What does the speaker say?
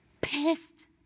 pissed